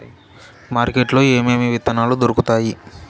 market లో ఏమేమి విత్తనాలు దొరుకుతాయి